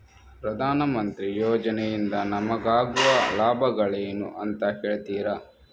ಪ್ರಧಾನಮಂತ್ರಿ ಯೋಜನೆ ಇಂದ ನಮಗಾಗುವ ಲಾಭಗಳೇನು ಅಂತ ಹೇಳ್ತೀರಾ?